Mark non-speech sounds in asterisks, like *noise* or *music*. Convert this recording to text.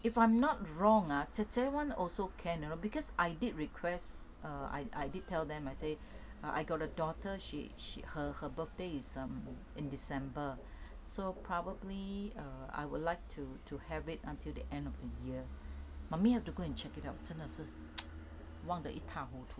if I'm not wrong ah 姐姐 [one] also can know because I did request err I did did tell them I say I got a daughter she she her her birthday is err in december so probably err I would like to to have it until the end of the year mummy have to go and check it out 真的是 *noise* 忘了一塌糊涂